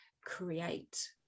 create